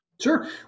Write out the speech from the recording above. Sure